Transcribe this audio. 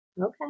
Okay